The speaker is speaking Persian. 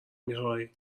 میخوای